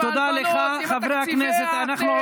עם ההלבנות ועם תקציבי העתק,